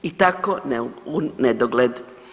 I tako u nedogled.